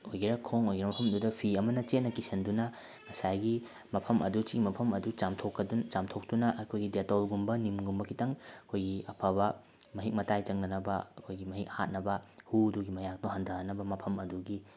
ꯑꯣꯏꯒꯦꯔ ꯈꯣꯡ ꯑꯣꯏꯒꯦꯔ ꯃꯐꯝꯗꯨꯗ ꯐꯤ ꯑꯃꯗ ꯆꯦꯠꯅ ꯀꯤꯁꯤꯟꯗꯨꯅ ꯉꯁꯥꯏꯒꯤ ꯃꯐꯝ ꯑꯗꯨ ꯆꯤꯛꯏꯕ ꯃꯐꯝ ꯑꯗꯨ ꯆꯥꯝꯊꯣꯛꯇꯨꯅ ꯑꯩꯈꯣꯏꯒꯤ ꯗꯦꯇꯦꯜꯒꯨꯝꯕ ꯅꯤꯝꯒꯨꯝꯕ ꯈꯤꯇꯪ ꯑꯩꯈꯣꯏꯒꯤ ꯑꯐꯕ ꯃꯍꯤꯛ ꯃꯇꯥꯏ ꯆꯪꯗꯅꯕ ꯑꯩꯈꯣꯏꯒꯤ ꯃꯍꯤꯛ ꯍꯥꯠꯅꯕ ꯍꯨꯗꯨꯒꯤ ꯃꯌꯥꯛꯇꯣ ꯍꯟꯊꯍꯟꯅꯕ ꯃꯐꯝ ꯑꯗꯨꯒꯤ